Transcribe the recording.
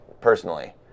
personally